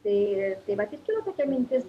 tai tai vat kilo tokia mintis